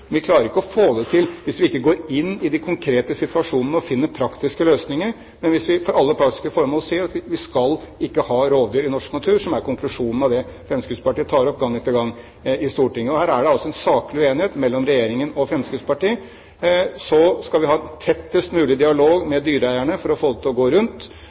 Men vi klarer ikke å få det til hvis vi ikke går inn i de konkrete situasjonene og finner praktiske løsninger – heller det enn at vi for alle praktiske formål sier at vi skal ikke ha rovdyr i norsk natur, som er konklusjonene på det Fremskrittspartiet tar opp gang etter gang i Stortinget. Her er det en saklig uenighet mellom Regjeringen og Fremskrittspartiet. Så skal vi ha en tettest mulig dialog med dyreeiere for å få det til å gå rundt.